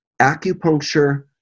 acupuncture